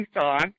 song